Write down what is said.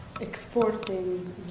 exporting